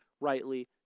rightly